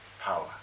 power